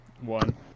One